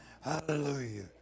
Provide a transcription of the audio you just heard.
Hallelujah